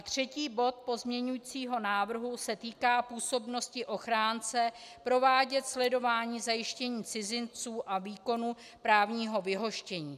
Třetí bod pozměňovacího návrhu se týká působnosti ochránce provádět sledování zajištění cizinců a výkonu právního vyhoštění.